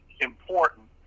important